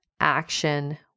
action